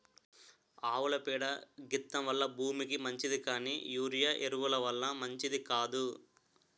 ఆవుల పేడ గెత్తెం వల్ల భూమికి మంచిది కానీ యూరియా ఎరువు ల వల్ల మంచిది కాదు